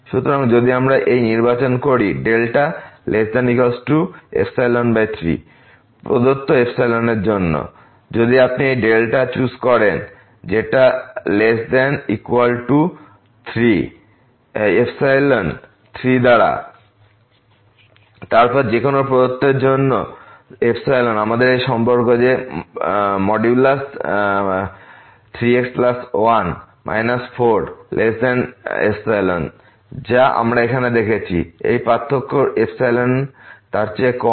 সুতরাং যদি আমরা এইনির্বাচন করি δ≤3প্রদত্ত এর জন্য যদি আপনি এই ডেল্টা চুজ করেন যেটা লেস দ্যান ইকুয়াল টু 3 দ্বারা তারপর যে কোনো প্রদত্তের জন্য আমাদের এই সম্পর্ক যে 3x1 4ϵ যা আমরা এখানে দেখেছি এই পার্থক্য তার চেয়ে কম